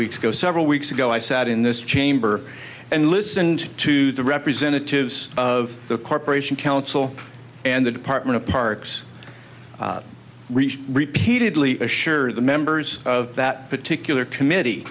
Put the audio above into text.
weeks ago several weeks ago i sat in this chamber and listened to the representatives of the corporation council and the department of parks repeatedly assure the members of that particular committee